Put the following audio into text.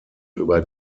über